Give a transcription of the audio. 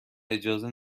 اجازه